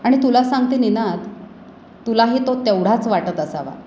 आणि तुला सांगते निनाद तुलाही तो तेवढाच वाटत असावा